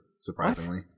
surprisingly